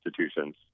institutions